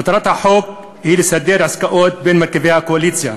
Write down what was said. מטרת החוק היא לסדר עסקאות בין מרכיבי הקואליציה,